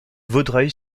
vaudreuil